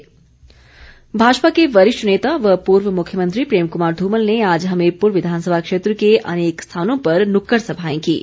धुमल भाजपा के वरिष्ठ नेता व पूर्व मुख्यमंत्री प्रेम कुमार धूमल ने आज हमीरपुर विधानसभा क्षेत्र के अनेक स्थानों पर नुक्कड़ सभाएं कीं